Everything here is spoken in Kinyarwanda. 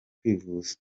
kwivuza